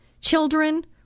children